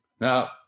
Now